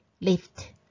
lift